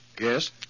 Yes